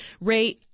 Ray